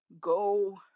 go